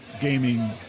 gaming